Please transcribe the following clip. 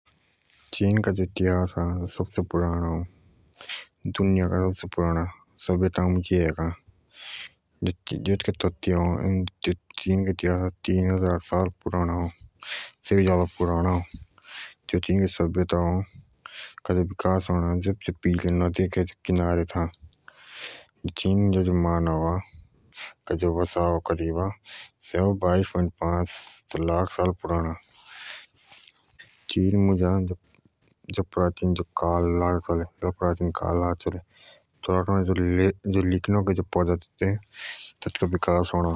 चिन का इतिहास सबसे पुराना अ दुनिया का सबसे पुराना सभ्यता मुजा एक अ चिन का इतिहास तीन हजार साल पुराना अ चिन के सभ्यता एक नदी के किनारे पादे था चिन मुजा जो मानव का आवास अ से जा बाइस पॉइंट्स पांच लाख साल पुराना अ चिन का जो प्राचीन काल मुजा डी लिखने के पद्धति लागे चले।